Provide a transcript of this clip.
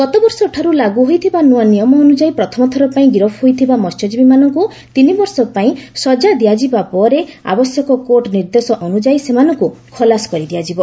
ଗତବର୍ଷଠାରୁ ଲାଗୁ ହୋଇଥିବା ନୂଆ ନିୟମ ଅନୁଯାୟୀ ପ୍ରଥମ ଥରପାଇଁ ଗିରଫ ହୋଇଥିବା ମହ୍ୟଜୀବୀମାନଙ୍କୁ ତିନି ବର୍ଷ ପାଇଁ ସଜା ଦିଆଯିବା ପରେ ଆବଶ୍ୟକ କୋର୍ଟ ନିର୍ଦ୍ଦେଶାନୁଯାୟୀ ସେମାନଙ୍କୁ ଖଲାସ କରିଦିଆଯିବ